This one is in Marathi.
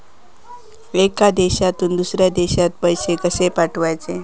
एका देशातून दुसऱ्या देशात पैसे कशे पाठवचे?